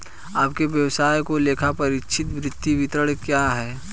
आपके व्यवसाय का लेखापरीक्षित वित्तीय विवरण कहाँ है?